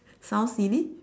sounds silly